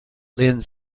lends